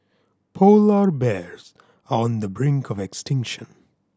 polar bears are on the brink of extinction